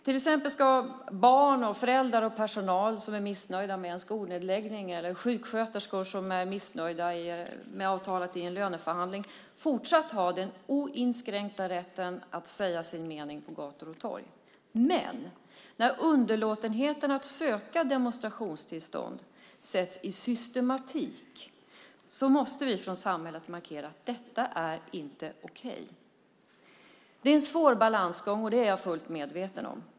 Till exempel ska barn och föräldrar och personal som är missnöjda med en skolnedläggning eller sjuksköterskor som är missnöjda med avtalet i en löneförhandling fortsatt ha den oinskränkta rätten att säga sin mening på gator och torg. Men när underlåtenheten att söka demonstrationstillstånd sätts i system måste vi från samhället markera att detta inte är okej. Det är en svår balansgång - det är jag fullt medveten om.